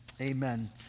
amen